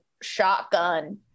shotgun